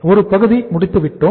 ஒரு பகுதி முடித்துவிட்டோம்